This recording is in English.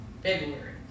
February